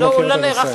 לא מכיר את הנושא.